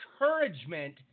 encouragement